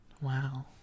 Wow